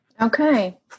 Okay